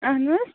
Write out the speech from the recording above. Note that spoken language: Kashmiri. اَہَن حظ